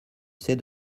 sais